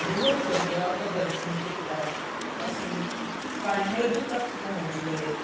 ਬਹੁਤ ਵਧੀਆ ਪ੍ਰਦਰਸ਼ਨ ਕੀਤਾ ਅਸੀਂ ਫਾਈਨਲ ਤੱਕ ਪਹੁੰਚ ਗਏ